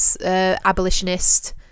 abolitionist